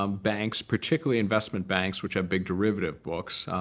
um banks, particularly investment banks which are big derivative books,